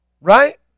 right